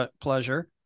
pleasure